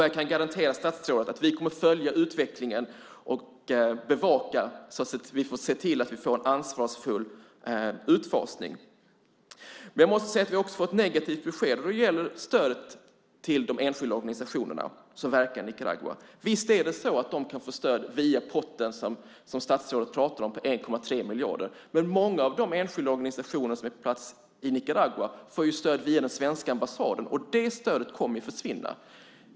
Jag kan garantera statsrådet att vi kommer att följa utvecklingen och bevaka den för att se till att vi får en ansvarsfull utfasning. Men jag måste säga att vi också får ett negativt besked. Det gäller stödet till de enskilda organisationer som verkar i Nicaragua. Visst är det så att de kan få stöd via potten, som statsrådet talar om, på 1,3 miljarder kronor. Men många av de enskilda organisationer som är på plats i Nicaragua får ju stöd via den svenska ambassaden, och det stödet kommer att försvinna.